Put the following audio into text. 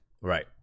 Right